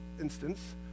instance